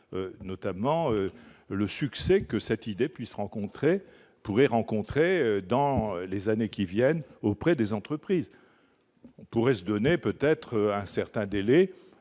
notamment le succès que cette idée puisse rencontrer pour rencontrer dans les années qui viennent auprès des entreprises, on pourrait se donner peut-être un certain délai